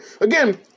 Again